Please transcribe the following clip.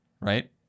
Right